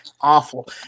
awful